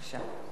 בבקשה.